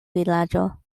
vilaĝo